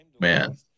man